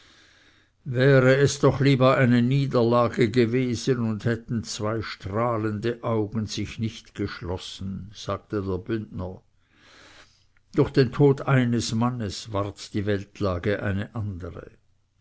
wäre es doch lieber eine niederlage gewesen und hätten zwei strahlende augen sich nicht geschlossen sagte der bündner durch den tod eines mannes ward die weltlage eine andere